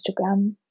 Instagram